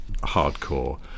hardcore